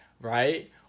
right